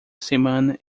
semana